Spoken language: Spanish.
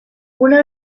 una